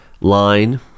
line